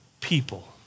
people